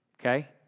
Okay